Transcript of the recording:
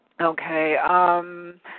Okay